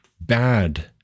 bad